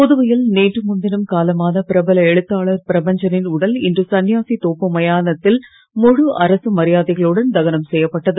புதுவையில் நேற்று முன்தினம் காலமான பிரபல எழுத்தாளர் பிரபஞ்சனின் உடல் இன்று சன்னியாசி தோப்பு மயானத்தில் முபு அரசு மரியாதைகளுடன் தகனம் செய்யப்பட்டது